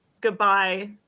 goodbye